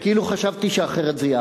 כאילו חשבתי שאחרת זה יעבור.